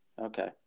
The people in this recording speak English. Okay